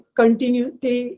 continuity